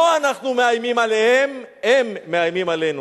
לא אנחנו מאיימים עליהם, הם מאיימים עלינו.